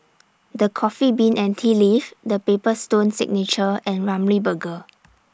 The Coffee Bean and Tea Leaf The Paper Stone Signature and Ramly Burger